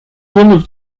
one